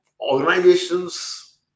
organizations